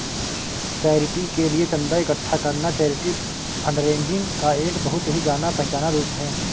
charity के लिए चंदा इकट्ठा करना चैरिटी फंडरेजिंग का एक बहुत ही जाना पहचाना रूप है